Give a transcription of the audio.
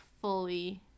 fully